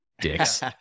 dicks